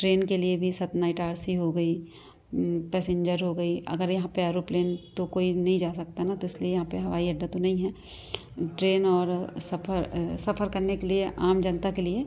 train के लिए भी सतना इटारसी हो गई पैसिंजर हो गई अगर यहाँ पे ऐरोप्लेन तो कोई नहीं जा सकता है ना तो इसलिए यहाँ पे हवाई अड्डा तो नहीं है ट्रेन और सफ़र सफ़र करने के लिए आम जनता के लिए